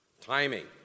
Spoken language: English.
timing